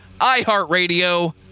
iHeartRadio